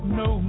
no